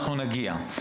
אנחנו נגיע.